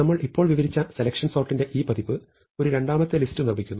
നമ്മൾ ഇപ്പോൾ വിവരിച്ച സെലക്ഷൻ സോർട്ടിന്റെ ഈ പതിപ്പ് ഒരു രണ്ടാമത്തെ ലിസ്റ്റ് നിർമ്മിക്കുന്നു